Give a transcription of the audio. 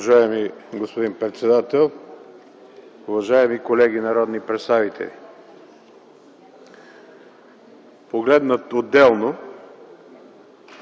Уважаеми господин председател, уважаеми колеги народни представители! Погледнат отделно,